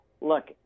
Look